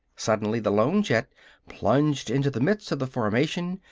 suddenly the lone jet plunged into the midst of the formation,